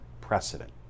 precedent